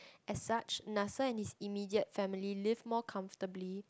as such Nasser and his immediate family lived more comfortably